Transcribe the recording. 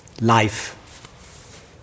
life